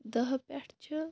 دَہہِ پٮ۪ٹھ چھِ